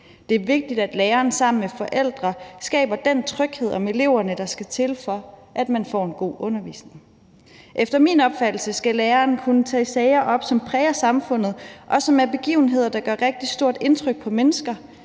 Det er vigtigt, at læreren sammen med forældre skaber den tryghed om eleverne, som skal til, for at man får en god undervisning. Efter min opfattelse skal læreren kunne tage sager op, som præger samfundet, og som er begivenheder, der gør rigtig stort indtryk på mennesker